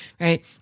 right